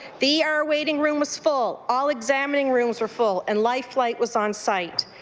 the e r waiting room was full, all examining rooms were full and life light was on site.